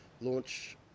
launch